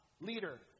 leader